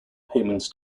payments